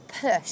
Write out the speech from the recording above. push